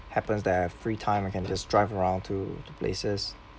happens that I have free time I can just drive around to to places